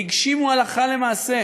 והגשימו הלכה למעשה